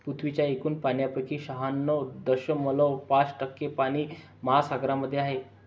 पृथ्वीच्या एकूण पाण्यापैकी शहाण्णव दशमलव पाच टक्के पाणी महासागरांमध्ये आहे